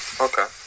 Okay